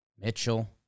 Mitchell